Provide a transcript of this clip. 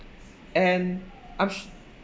and I'm